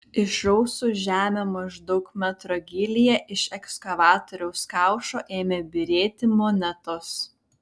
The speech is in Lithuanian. išrausus žemę maždaug metro gylyje iš ekskavatoriaus kaušo ėmė byrėti monetos